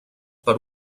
per